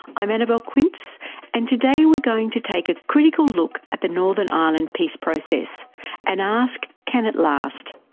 i'm annabelle quince and today we're going to take a critical look at the northern ireland peace process and ask can it last?